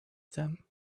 them